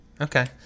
Okay